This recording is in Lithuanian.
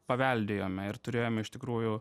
paveldėjome ir turėjome iš tikrųjų